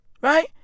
right